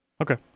Okay